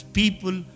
people